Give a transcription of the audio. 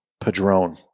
Padrone